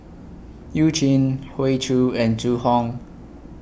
YOU Jin Hoey Choo and Zhu Hong